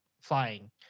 flying